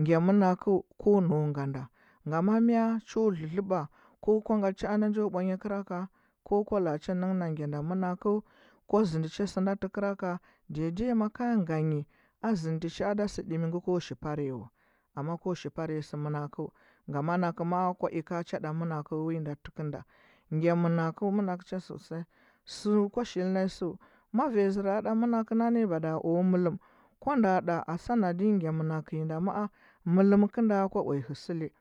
gya mɚnakeu ko nau ga nda ngama mie cho lɚlɚɓa ko kwa gate cha ma njo ɓwanya kera ka ko kuwa laa cha nenghe na gya nda manal eu kua zendi cha senda tɚ tɚ keraka dai dai ma ka ganyi a zendte cha ada se dimi ko shi par ny wa amma ko shi par nyi sɚ manakeu gama nake ma ko ika cha ɗa wi da teke nda gya menakeu manakeu cha sosai su kwa shil na nyi su ma varyi zara da menakeu na ne mada o mɚllum kwa nda ɗa a sanaɗin gya menakeu nyi nda mo. a mellum kinda kwa uya hiseli